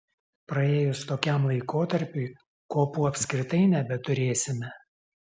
praėjus tokiam laikotarpiui kopų apskritai nebeturėsime